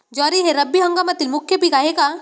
ज्वारी हे रब्बी हंगामातील मुख्य पीक आहे का?